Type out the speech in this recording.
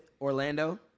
Orlando